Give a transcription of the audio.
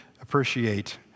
appreciate